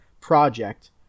project